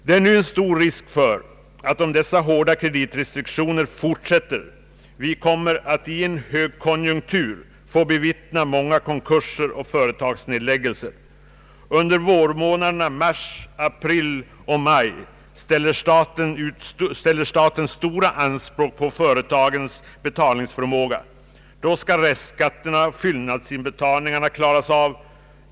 Det är nu en stor risk för att vi om dessa hårda kreditrestriktioner fortsät ter kommer att i en högkonjunktur få bevittna många konkurser och företagsnedläggelser. Under <vårmånaderna mars, april och maj ställer staten stora anspråk på företagens betalningsförmåga. Då skall restskatterna och fyllnadsinbetalningarna klaras av.